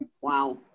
Wow